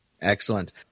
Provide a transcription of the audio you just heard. Excellent